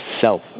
self